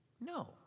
No